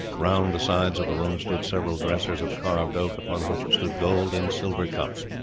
round the sides of the room stood several dressers of carved oak, upon which stood gold and silver cups.